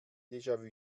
déjà